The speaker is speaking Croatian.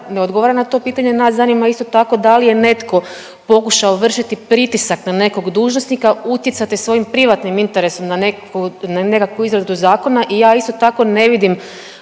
ne odgovara na to pitanje. Nas zanima isto tako da li je netko pokušao vršiti pritisak na nekog dužnosnika, utjecati svojim privatnim interesom na neku, na nekakvu izradu zakona i ja isto tako ne vidim